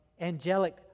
angelic